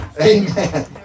Amen